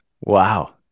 Wow